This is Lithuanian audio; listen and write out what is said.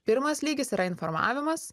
pirmas lygis yra informavimas